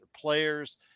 players